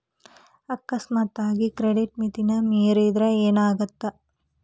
ಅಕಸ್ಮಾತಾಗಿ ಕ್ರೆಡಿಟ್ ಮಿತಿನ ಮೇರಿದ್ರ ಏನಾಗತ್ತ